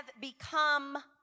become